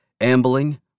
ambling